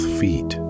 feet